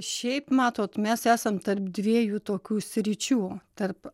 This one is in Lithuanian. šiaip matot mes esam tarp dviejų tokių sričių tarp